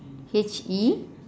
H E